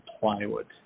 plywood